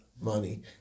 money